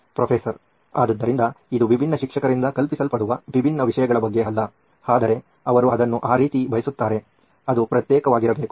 professor ಆದ್ದರಿಂದ ಇದು ವಿಭಿನ್ನ ಶಿಕ್ಷಕರಿಂದ ಕಲಿಸಲ್ಪಡುವ ವಿಭಿನ್ನ ವಿಷಯಗಳ ಬಗ್ಗೆ ಅಲ್ಲ ಆದರೆ ಅವರು ಅದನ್ನು ಆ ರೀತಿ ಬಯಸುತ್ತಾರೆ ಅದು ಪ್ರತ್ಯೇಕವಾಗಿರಬೇಕು